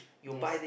yes